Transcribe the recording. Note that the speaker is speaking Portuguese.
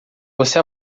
você